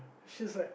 she's like